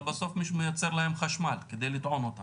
אבל בסוף מישהו מייצר להם חשמל כדי לטעון אותם.